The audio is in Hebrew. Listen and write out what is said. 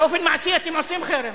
באופן מעשי אתם עושים חרם.